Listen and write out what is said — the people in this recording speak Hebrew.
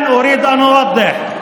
אנחנו צריכים תרגום.